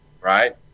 right